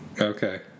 Okay